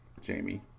Jamie